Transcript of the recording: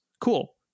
Cool